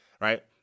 right